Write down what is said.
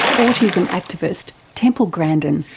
autism activist temple grandin.